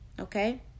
okay